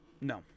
no